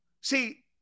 See